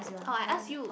orh I ask you